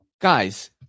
Guys